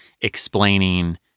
explaining